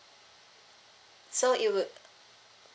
so it would